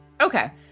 okay